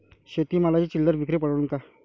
शेती मालाची चिल्लर विक्री परवडन का?